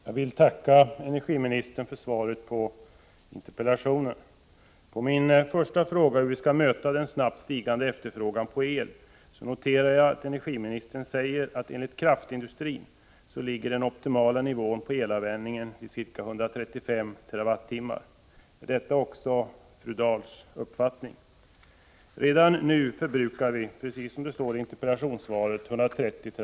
Herr talman! Jag vill tacka energiministern för svaret på interpellationen. På min första fråga, hur vi skall möta den snabbt stigande efterfrågan på el, noterar jag att energiministern svarar att den optimala nivån på elanvändningen enligt kraftindustrin ligger på ca 135 TWh per år. Är detta också fru Dahls uppfattning? Redan nu förbrukar vi, som det står i interpellationssvaret, 130 TWh.